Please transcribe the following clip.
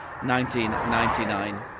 1999